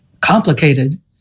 complicated